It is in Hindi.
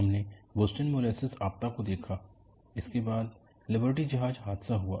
हमने बोस्टन मोलेसेस आपदा को देखा जिसके बाद लिबर्टी जहाज हादसा हुआ